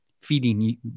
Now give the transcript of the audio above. feeding